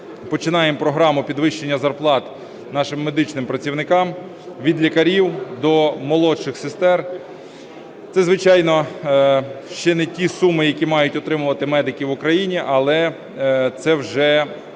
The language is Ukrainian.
починаємо програму підвищення зарплат нашим медичним працівникам – від лікарів до молодших сестер. Це, звичайно, ще не ті суми, які мають отримувати медики в Україні, але це вже